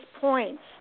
points